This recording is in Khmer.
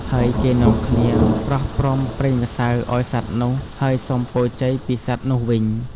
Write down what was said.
ហើយគេនាំគ្នាប្រោះព្រំប្រេងម្សៅអោយសត្វនោះ ហើយសុំពរជ័យពីសត្វនោះវិញ។